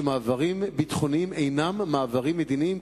שמעברים ביטחוניים אינם מעברים מדיניים,